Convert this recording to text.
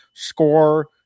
score